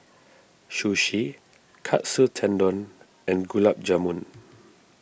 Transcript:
Sushi Katsu Tendon and Gulab Jamun